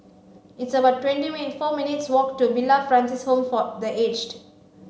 it's about twenty minute four minutes' walk to Villa Francis Home for the Aged